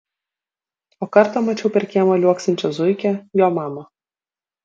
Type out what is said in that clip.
o kartą mačiau per kiemą liuoksinčią zuikę jo mamą